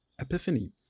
Epiphany